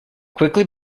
quickly